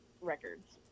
records